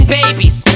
babies